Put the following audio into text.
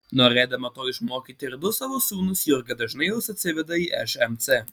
norėdama to išmokyti ir du savo sūnus jurga dažnai juos atsiveda į šmc